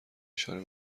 اشاره